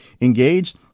engaged